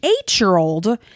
eight-year-old